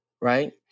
right